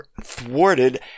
thwarted